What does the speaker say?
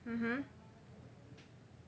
mmhmm